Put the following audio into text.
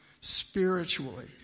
spiritually